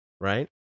right